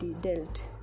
dealt